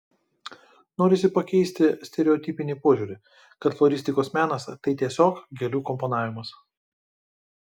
norisi pakeisti stereotipinį požiūrį kad floristikos menas tai tiesiog gėlių komponavimas